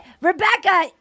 Rebecca